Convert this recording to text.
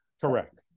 Correct